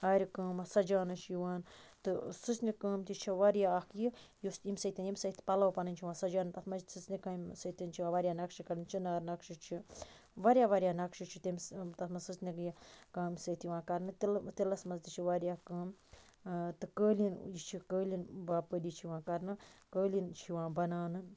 آرِ کٲم ٲس سَجانہِ چھِ یِوان تہٕ سٕژنہِ کٲم تہِ چھِ واریاہ اکھ یہِ یُس ییٚمہِ سۭتۍ ییٚمہِ سۭتۍ پَلَو پَننۍ چھِ یِوان سَجاونہٕ تتھ مَنٛز چھِ سژنہِ کامہِ سۭتۍ چھ یِوان واریاہ نَقشہِ کَڑنہٕ چِنار نَقشہِ چھُ واریاہ واریاہ نَقشہِ چھِ تٔمِس تتھ مَنٛز سژنہِ یہِ کامہِ سۭتۍ یِوان کَرنہٕ تِلہٕ تِلَس مَنٛز تہِ چھِ واریاہ کٲم تہٕ کٲلیٖن یہِ چھ کٲلیٖن باپٲری چھِ یِوان کَرنہٕ کٲلیٖن چھ یِوان بَناونہٕ